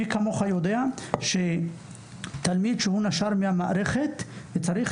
מי כמוך יודע שתלמיד שנשר ממערכת החינוך זקוק